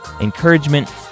encouragement